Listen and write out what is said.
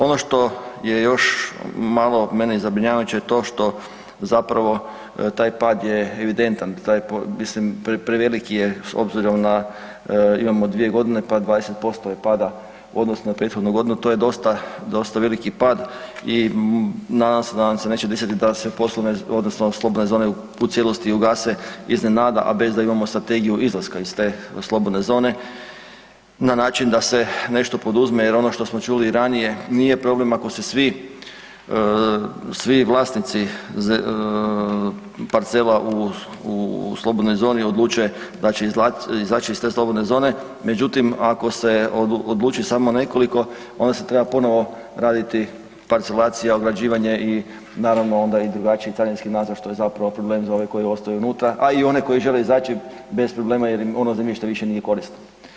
Ono što je još malo meni zabrinjavajuće je to što zapravo taj pad je evidentan, mislim preveliki je s obzirom na imamo 2 g. pa 20% je pada u odnosu na prethodnu godinu, to je dosta veliki pad i nadam se da nam se neće desiti da nam se poslovne odnosno slobodne zone u cijelosti ugase iznenada a bez da imamo strategiju izlaska iz te slobodne zone na način da se nešto poduzme jer ono što smo čuli i ranije, nije problem ako se svi vlasnici parcela u slobodnoj zoni odluče da će izaći iz te slobodne zone, međutim ako se odluči samo nekoliko, onda se treba ponovo raditi parcelacija, ograđivanje i naravno onda je i drugačiji carinski nadzor, što je zapravo problem za ove koji ostaju unutra a i one koji žele izaći bez problema jer ono zemljište više nije od koristi.